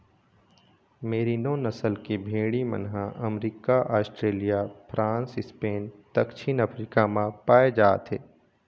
मेरिनों नसल के भेड़ी मन ह अमरिका, आस्ट्रेलिया, फ्रांस, स्पेन, दक्छिन अफ्रीका म पाए जाथे